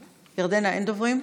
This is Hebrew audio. לא.